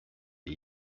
the